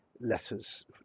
letters